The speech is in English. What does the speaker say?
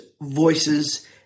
voices